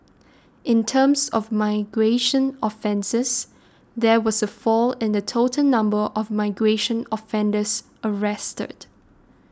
in terms of migration offences there was a fall in the total number of migration offenders arrested